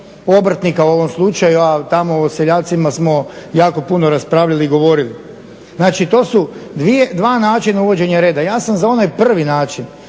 obrtnika u ovom slučaju, a tamo o seljacima smo jako puno raspravljali i govorili. Znači to su dva načina uvođenja reda. Ja sam za onaj prvi način,